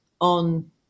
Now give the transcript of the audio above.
on